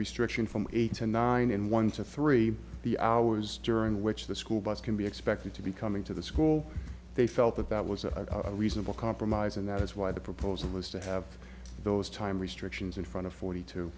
restriction from eight to nine and one to three the hours during which the school bus can be expected to be coming to the school they felt that that was a reasonable compromise and that is why the proposal is to have those time restrictions in front of forty two